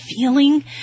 feeling